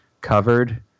covered